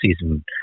season